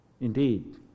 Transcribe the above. indeed